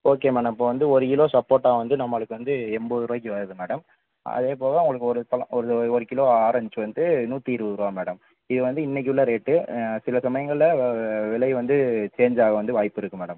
okay madam இப்போ வந்து ஒரு கிலோ சப்போட்டா வந்து நம்மளுக்கு வந்து எண்பதுருவாக்கி வருது மேடம் அதேபோக உங்களுக்கு ஒரு பழம் ஒரு ஒரு கிலோ ஆரேஞ்சு வந்து நூற்றி இருபதுருவா மேடம் இது வந்து இன்னைக்கு உள்ள ரேட்டு சில சமயங்களில் விலை வந்து சேஞ்ச் ஆக வந்து வாய்ப்பு இருக்கு மேடம்